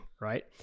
Right